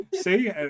see